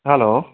hello